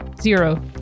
zero